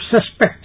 suspect